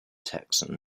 texan